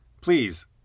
please